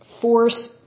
force